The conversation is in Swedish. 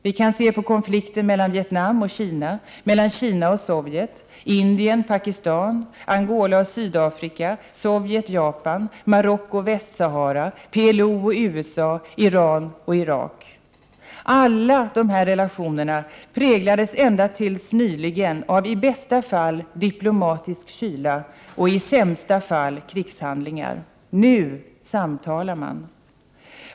Vi kan se på konflikten mellan Vietnam och Kina, mellan Kina och Sovjet, Indien och Pakistan, Angola och Sydafrika, Sovjet och Japan, Marocko och Västsahara, PLO och USA, Iran och Irak. Alla dessa relationer präglades ända tills nyligen av i bästa fall diplomatisk kyla och i sämsta fall av krigshandlingar. Nu samtalar man.